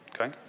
Okay